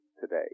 today